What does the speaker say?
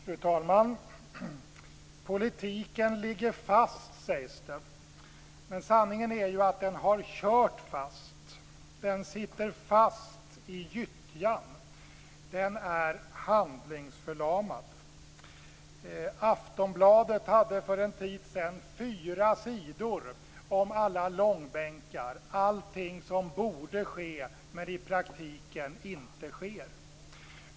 Fru talman! Politiken ligger fast sägs det, men sanningen är ju att den har kört fast. Den sitter fast i gyttjan. Den är handlingsförlamad. Aftonbladet hade för en tid sedan fyra sidor om alla långbänkar, allting som borde ske men som i praktiken inte sker.